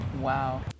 Wow